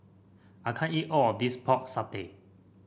I can't eat all of this Pork Satay